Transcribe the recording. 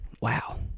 Wow